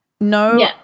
no